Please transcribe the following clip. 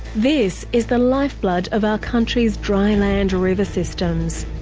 this is the lifeblood of our country's dry land river systems.